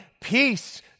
peace